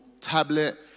tablet